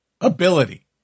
ability